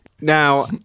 Now